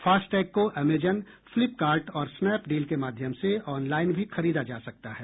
FASTag को Amazon Flipkart और Snapdeal के माध्यम से ऑनलाइन भी खरीदा जा सकता है